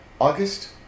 August